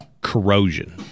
Corrosion